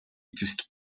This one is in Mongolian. эцэст